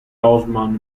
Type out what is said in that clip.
osman